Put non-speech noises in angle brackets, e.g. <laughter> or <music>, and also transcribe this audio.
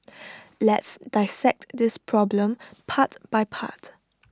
<noise> let's dissect this problem part by part